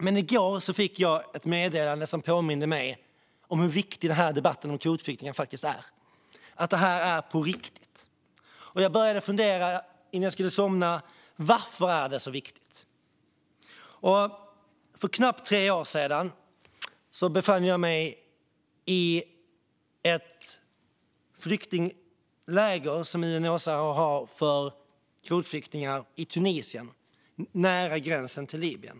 Men i går fick jag ett meddelande som påminde mig om hur viktig debatten om kvotflyktingar faktiskt är - att detta är på riktigt. Och innan jag skulle somna började jag fundera på varför detta är så viktigt. För knappt tre år sedan befann jag mig i ett av UNHCR:s flyktingläger för kvotflyktingar i Tunisien, nära gränsen till Libyen.